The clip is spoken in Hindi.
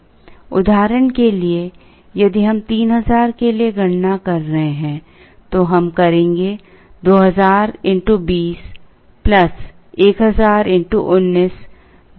उदाहरण के लिए यदि हम 3000 के लिए गणना कर रहे हैं तो हम करेंगे 2000 x 20 1000 x 19 जो इस तरह से दिया जाता है